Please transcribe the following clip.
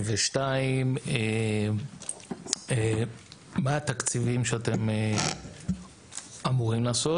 ושתיים, מה התקציבים שאתם אמורים לעשות?